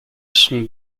sont